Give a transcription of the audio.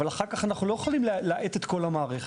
אבל אחר כך אנחנו לא יכולים להאט את כל המערכת.